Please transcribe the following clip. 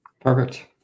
Perfect